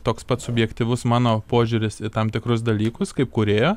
toks pat subjektyvus mano požiūris į tam tikrus dalykus kaip kūrėjo